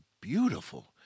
beautiful